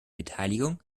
beteiligung